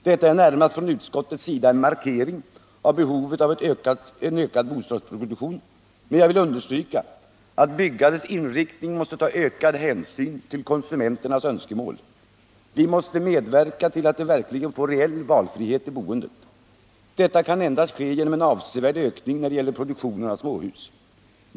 Detta är från utskottets sida närmast en markering av behovet av en ökad bostadsproduktion, men jag vill understryka att byggandets inriktning måste ta ökad hänsyn till konsumenternas önskemål; vi måste medverka till att de verkligen får reell valfrihet i boendet. Detta kan endast ske genom en avsevärd ökning i produktionen av småhus.